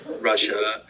Russia